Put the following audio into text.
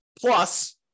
Plus